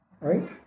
right